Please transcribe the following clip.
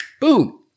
boom